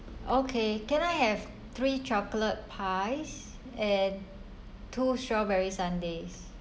okay can I have three chocolate pies and two strawberry sundaes